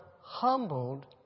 humbled